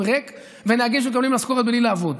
ריק ונהגים שמקבלים משכורת בלי לעבוד.